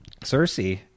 Cersei